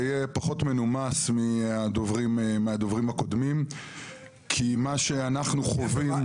אהיה פחות מנומס מהדוברים הקודמים כי מה שאנחנו חווים.